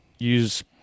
use